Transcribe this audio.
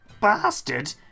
bastard